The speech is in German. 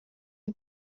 die